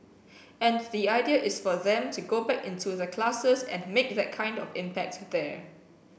and the idea is for them to go back into the classes and make that kind of impact there